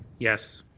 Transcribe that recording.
yes.